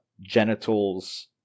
genitals